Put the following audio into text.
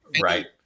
Right